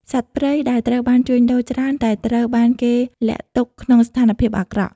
សត្វព្រៃដែលត្រូវបានជួញដូរច្រើនតែត្រូវបានគេលាក់ទុកក្នុងស្ថានភាពអាក្រក់។